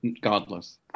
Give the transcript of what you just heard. godless